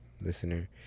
Listener